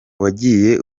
wagiye